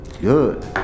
Good